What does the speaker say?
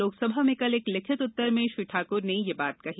लोक सभा में कल एक लिखित उत्तर में श्री ठाक्र ने यह बात कही